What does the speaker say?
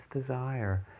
desire